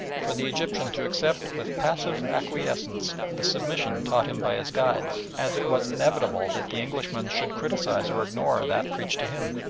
for the egyptian to accept with passive acquiescence the submission taught him by his guides, as it was inevitable that the englishman should criticise or ignore that preached to him.